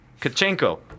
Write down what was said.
Kachenko